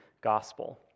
gospel